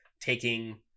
taking